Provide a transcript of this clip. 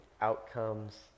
outcomes